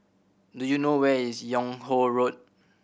do you know where is Yung Ho Road